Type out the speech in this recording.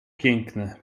piękne